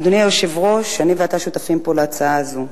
אדוני היושב-ראש, אני ואתה שותפים פה להצעה הזאת.